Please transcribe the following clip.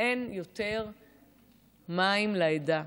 אין יותר מים לעדה.